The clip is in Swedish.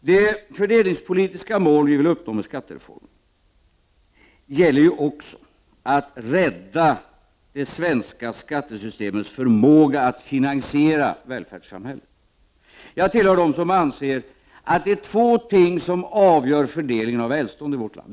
De fördelningspolitiska mål vi vill uppnå med skattereformen innefattar också målet att rädda det svenska skattesystemets förmåga att finansiera välfärdssamhället. Jag tillhör dem som anser att två ting avgör fördelningen av välståndet i vårt land.